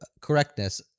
correctness